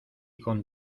con